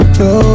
no